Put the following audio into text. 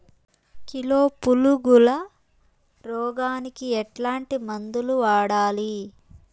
Kilo పులుగుల రోగానికి ఎట్లాంటి మందులు వాడాలి?